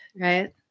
right